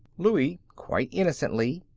louie, quite innocently,